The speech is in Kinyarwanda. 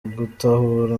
gutahura